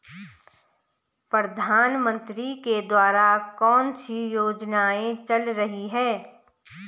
प्रधानमंत्री के द्वारा कौनसी योजनाएँ चल रही हैं?